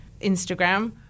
Instagram